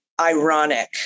Ironic